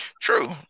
True